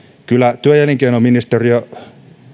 kyllä työ ja elinkeinoministeriö